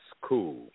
cool